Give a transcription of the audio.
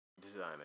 Designer